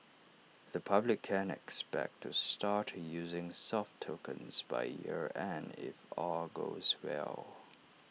the public can expect to start using soft tokens by year end if all goes well